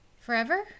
Forever